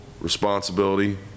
responsibility